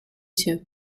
too